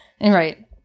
right